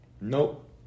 Nope